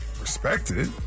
respected